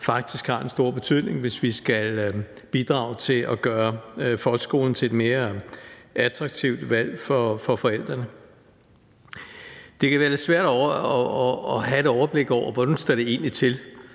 har en stor betydning, hvis vi skal bidrage til at gøre folkeskolen til et mere attraktivt valg for forældrene. Det kan være lidt svært at have et overblik over, hvordan det egentlig står